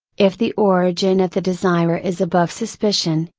if the origin of the desire is above suspicion,